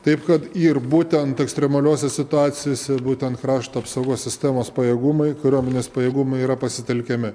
taip kad ir būtent ekstremaliose situacijose būtent krašto apsaugos sistemos pajėgumai kariuomenės pajėgumai yra pasitelkiami